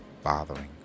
bothering